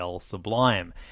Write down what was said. Sublime